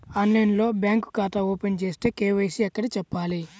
ఆన్లైన్లో బ్యాంకు ఖాతా ఓపెన్ చేస్తే, కే.వై.సి ఎక్కడ చెప్పాలి?